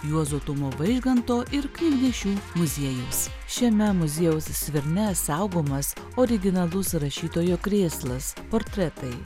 juozo tumo vaižganto ir knygnešių muziejaus šiame muziejaus svirne saugomas originalus rašytojo krėslas portretai